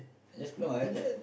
I just know I just